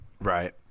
Right